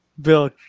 Bill